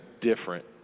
different